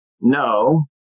no